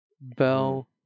Bell